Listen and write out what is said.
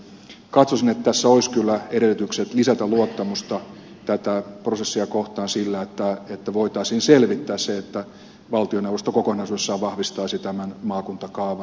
katsoisin että tässä olisi kyllä edellytykset lisätä luottamusta tätä prosessia kohtaan sillä että voitaisiin selvittää se että valtioneuvosto kokonaisuudessaan vahvistaisi maakuntakaavan